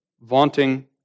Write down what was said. vaunting